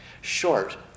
short